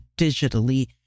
digitally